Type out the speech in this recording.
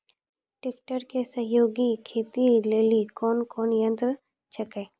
Tractor के सहयोगी खेती लेली कोन कोन यंत्र छेकै?